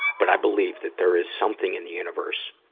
but i believe that there is something in the universe,